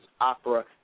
opera